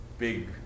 Big